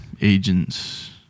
agents